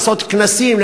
לעשות כנסים,